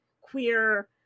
queer